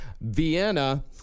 Vienna